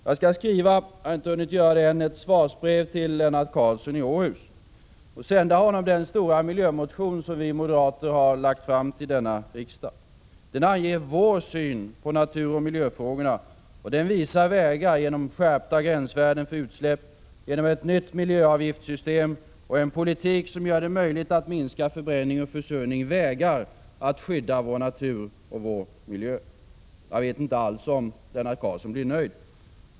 Jag skall skriva — jag har inte hunnit göra det än — ett svarsbrev till Lennart Carlsson i Åhus, och sända honom den stora miljömotion som vi moderater har lagt fram till detta riksmöte. Den anger vår syn på naturoch miljöfrågorna, och den visar vägar — genom skärpta gränsvärden för utsläpp, ett nytt miljöavgiftssystem och en politik som gör det möjligt att minska förbränning och försurning — att skydda vår natur och vår miljö. Jag vet inte alls om Lennart Carlsson blir nöjd.